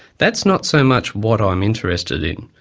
that's not so much what um i'm interested in.